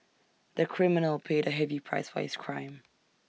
the criminal paid A heavy price for his crime